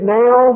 now